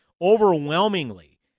overwhelmingly